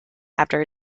after